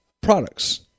products